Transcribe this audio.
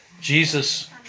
Jesus